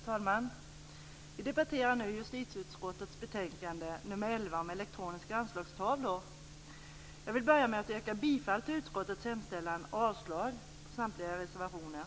Herr talman! Vi debatterar nu justitieutskottets betänkande nr 11 om elektroniska anslagstavlor. Jag vill börja med att yrka bifall till utskottets hemställan och avslag på samtliga reservationer.